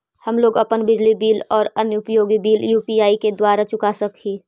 हम लोग अपन बिजली बिल और अन्य उपयोगि बिल यू.पी.आई द्वारा चुका सक ही